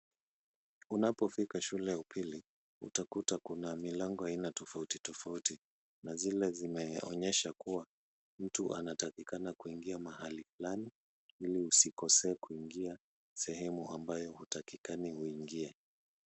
Unapofika shule ya upili, utakuta kuna milango aina tofauti tofauti. Kuna zile zimeonyesha kuwa mtu anatakikana kuingia mahali fulani ili usikosee kuingia sehemu ambayo hutakani uingie.